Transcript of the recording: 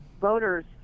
voters